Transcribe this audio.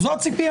במצב כזה,